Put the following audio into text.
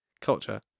culture